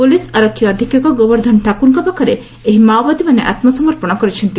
police ଆରକ୍ଷୀ ଅଧିକ୍ଷକ ଗୋବର୍ଦ୍ଦନ ଠାକୁରଙ୍କ ପାଖରେ ଏହି ମାଓବାଦୀମାନେ ଆତ୍କ ସମର୍ପଣ କରିଛନ୍ତି